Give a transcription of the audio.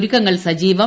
ഒരുക്കങ്ങൾ സജീവം